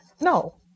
No